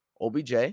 OBJ